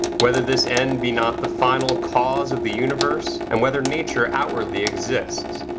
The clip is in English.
whether this end be not the final cause of the universe and whether nature outwardly exists.